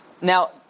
Now